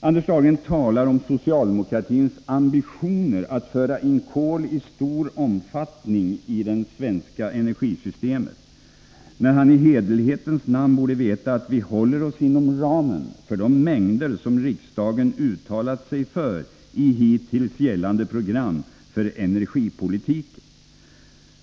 Anders Dahlgren talar om socialdemokratins ambitioner att föra in kol i stor omfattning i det svenska energisystemet, när han i hederlighetens namn borde veta att vi håller oss inom ramen för de mängder som riksdagen uttalat sig för i hittills gällande program för energipolitiken.